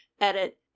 edit